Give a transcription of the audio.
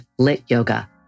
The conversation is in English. LITYOGA